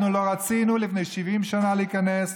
אנחנו לא רצינו לפני 70 שנים להיכנס אליו,